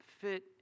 fit